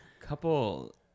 couple